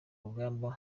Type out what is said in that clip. rugamba